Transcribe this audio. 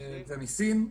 ומסין.